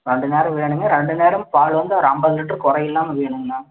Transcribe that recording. ரெண்டு நேரமும் வேணுங்க ரெண்டு நேரமும் பால் வந்து ஒரு ஐம்பது லிட்ரு குறையில்லாம வேணுங்கண்ணா